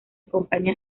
acompaña